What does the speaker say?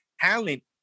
talent